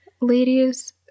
Ladies